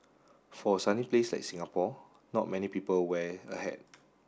for a sunny place like Singapore not many people wear a hat